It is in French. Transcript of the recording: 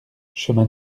chemin